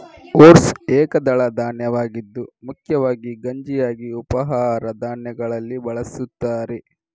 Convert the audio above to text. oats ಏಕದಳ ಧಾನ್ಯವಾಗಿದ್ದು ಮುಖ್ಯವಾಗಿ ಗಂಜಿಯಾಗಿ ಉಪಹಾರ ಧಾನ್ಯಗಳಲ್ಲಿ ಬಳಸುತ್ತಾರೆ